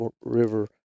River